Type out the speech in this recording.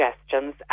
suggestions